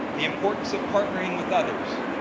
the importance of partnering with others,